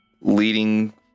leading